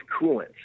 coolant